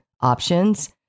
options